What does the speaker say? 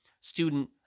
student